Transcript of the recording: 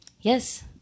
Yes